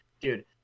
dude